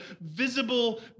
visible